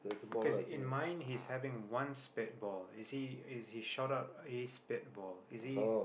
cause in mine he's having one spitball is he is he short of any spitball is he